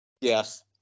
yes